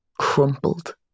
crumpled